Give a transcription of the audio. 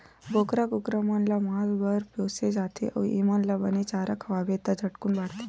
बोकरा, कुकरा मन ल मांस बर पोसे जाथे अउ एमन ल बने चारा खवाबे त झटकुन बाड़थे